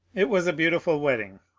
it was a beautiful wedding.